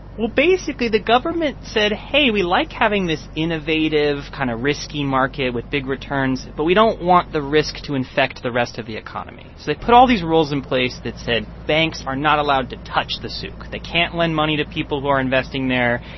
well, basically, the government said, hey, we like having this innovative, kind of risky market with big returns, but we don't want the risk to infect the rest of the economy. so they put all these rules in place that said banks are not allowed to touch the souk. they can't lend money to people who are investing there.